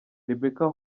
rebecca